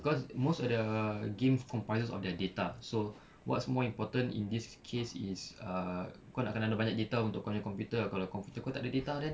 cause most of the game comprises of their data so what's more important in this case is uh kau nak kena ada banyak data untuk kau nya computer ah kalau computer kau tak ada data then